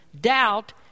doubt